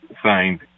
signed